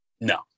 No